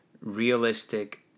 realistic